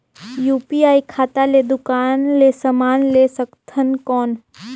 UPI खाता ले दुकान ले समान ले सकथन कौन?